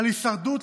על הישרדות,